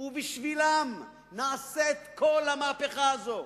ובשבילם נעשית כל המהפכה הזאת.